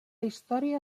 història